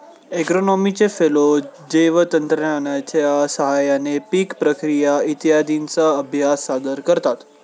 ॲग्रोनॉमीचे फेलो जैवतंत्रज्ञानाच्या साहाय्याने पीक प्रक्रिया इत्यादींचा अभ्यास सादर करतात